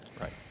Right